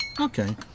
Okay